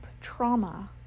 trauma